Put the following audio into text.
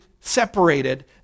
separated